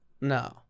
no